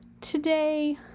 today